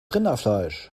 rinderfleisch